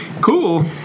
Cool